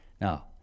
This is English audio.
Now